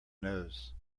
nose